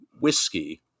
whiskey